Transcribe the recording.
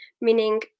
meaning